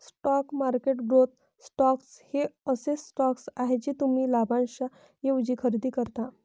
stock market growth stocks हे असे stocks आहेत जे तुम्ही लाभांशाऐवजी खरेदी करता